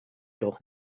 doch